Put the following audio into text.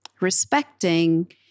respecting